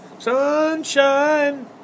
Sunshine